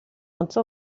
usw